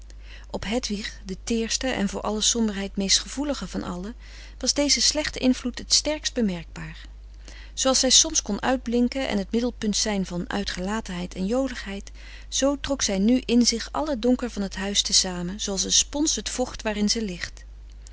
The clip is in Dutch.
op hedwig de teerste en voor alle somberheid meest gevoelige van allen was deze slechte invloed t sterkst bemerkbaar zooals zij soms kon uitblinken en het middenpunt zijn van uitgelatenheid en joligheid zoo trok zij nu in zich alle donker van t huis te samen zooals een spons het vocht waarin ze ligt